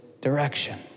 direction